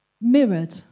mirrored